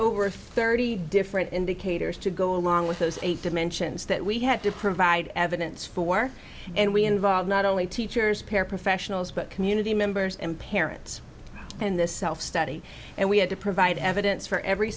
over thirty different indicators to go along with those eight dimensions that we had to provide evidence for and we involve not only teachers paraprofessionals but community members and parents and this self study and we had to provide evidence for every